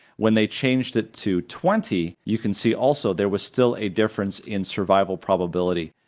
when they changed it to twenty, you can see also there was still a difference in survival probability,